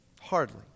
Hardly